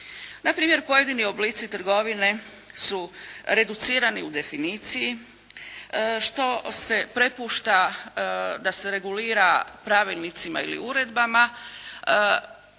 Na primjer pojedini oblici trgovine su reducirani u definiciji što se prepušta da se regulira pravilnicima ili uredbama.